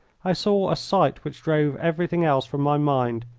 i saw a sight which drove everything else from my mind,